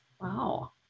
Wow